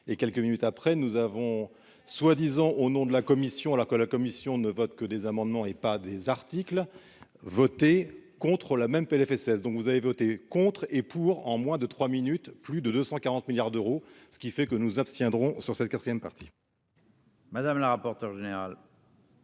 et quelques minutes après, nous avons soi-disant au nom de la commission là que la commission ne votent que des amendements et pas des articles voter contre la même PLFSS dont vous avez voté contre et pour, en moins de 3 minutes, plus de 240 milliards d'euros, ce qui fait que nous abstiendrons sur cette 4ème partie. Madame la rapporteure générale.